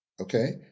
okay